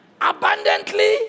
abundantly